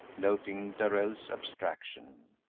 noting darrell's abstraction.